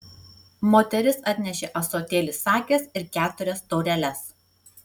moteris atnešė ąsotėlį sakės ir keturias taureles